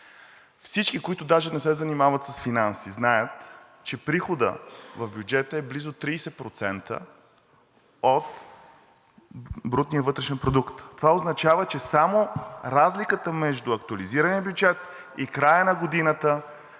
Всички, които даже не се занимават с финанси, знаят, че приходът в бюджета е близо 30% от брутния вътрешен продукт. Това означава, че само разликата между актуализирания бюджет и края на годината